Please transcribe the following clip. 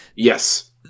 Yes